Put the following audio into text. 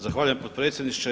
Zahvaljujem potpredsjedniče.